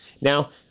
Now